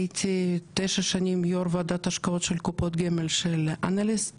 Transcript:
הייתי תשע שנים יו"ר ועדת השקעות של קופות גמל של אנליסט